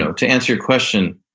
to answer your question,